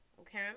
okay